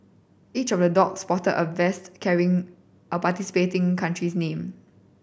each of the dog sported a vest carrying a participating country's name